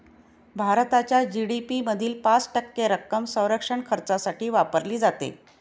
भारताच्या जी.डी.पी मधील पाच टक्के रक्कम संरक्षण खर्चासाठी वापरली जाते